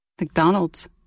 McDonald's